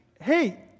hey